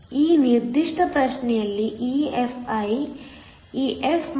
ಈ ನಿರ್ದಿಷ್ಟ ಪ್ರಶ್ನೆ ಯಲ್ಲಿEFi EF Ev ಅನ್ನು 0